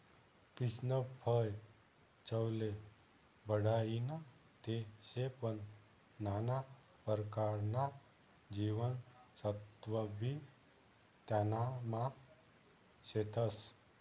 पीचनं फय चवले बढाईनं ते शे पन नाना परकारना जीवनसत्वबी त्यानामा शेतस